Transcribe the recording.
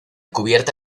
cubierta